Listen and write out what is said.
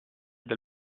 del